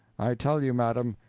i tell you, madam,